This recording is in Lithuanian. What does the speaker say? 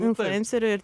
influencerių ir